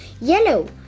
Yellow